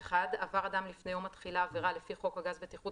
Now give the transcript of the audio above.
(א1)עבר אדם לפני יום התחילה עבירה לפי חוק הגז (בטיחות